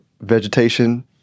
vegetation